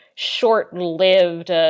short-lived